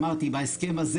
אמרתי, בהסכם הזה